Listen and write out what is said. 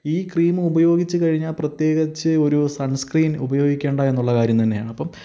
ഈ ക്രീമുപയോഗിച്ചു കഴിഞ്ഞാൽ പ്രത്യേകിച്ചൊരു സണ്സ്ക്രീൻ ഉപയോഗിക്കേണ്ട എന്നുള്ള കാര്യം തന്നെയാണ്